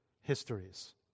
histories